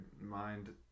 mind